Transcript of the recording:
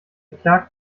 klagt